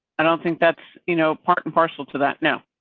i don't think that's you know part and parcel to that. now.